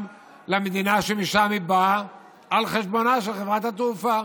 למדינה שממנה הוא בא על חשבון חברת התעופה.